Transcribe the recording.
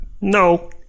No